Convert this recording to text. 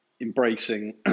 embracing